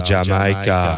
Jamaica